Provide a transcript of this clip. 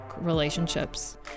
relationships